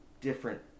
different